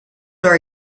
are